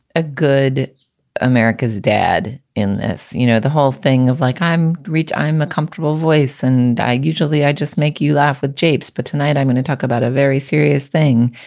a good america's dad in this you know, the whole thing of like, i'm rich, i'm a comfortable voice, and i usually i just make you laugh with japes. but tonight, i'm going to talk about a very serious thing.